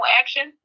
action